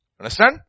Understand